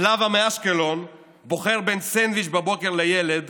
סלאווה מאשקלון בוחר בין סנדוויץ' לילד